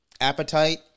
appetite